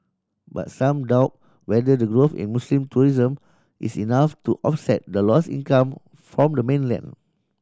but some doubt whether the growth in Muslim tourism is enough to offset the lose income from the